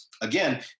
again